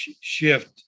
shift